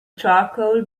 charcoal